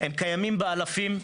הם קיימים באלפים,